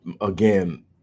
again